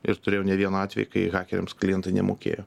ir turėjau ne vieną atvejį kai hakeriams klientai nemokėjo